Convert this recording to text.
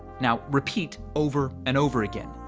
now, repeat over and over again.